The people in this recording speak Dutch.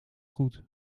goed